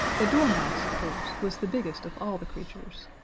the dormouse, of course, was the biggest of all the creatures.